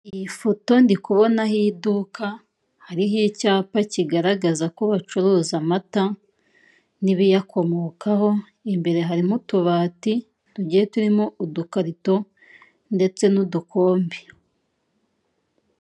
Iyi foto ndi kubonaho iduka hariho icyapa kigaragaza ko bacuruza amata, n'ibiyakomokaho, imbere harimo utubati tugiye turimo udukarito ndetse n'udukombe.